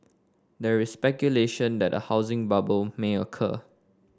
there is speculation that a housing bubble may occur